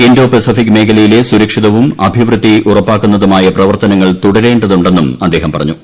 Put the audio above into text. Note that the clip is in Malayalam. ഇന്തോ പെസഫിക് മേഖലയിലെ സുരക്ഷിതവും അഭിവൃദ്ധി ഉറപ്പാക്കുന്നതുമായ പ്രവർത്തനങ്ങൾ തുടരേണ്ടതുണ്ടെന്നും അദ്ദേഹം പറഞ്ഞു